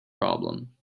problem